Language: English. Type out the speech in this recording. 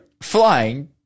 flying